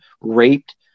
raped